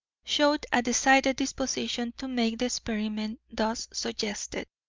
showed a decided disposition to make the experiment thus suggested.